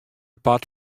part